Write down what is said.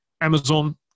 Amazon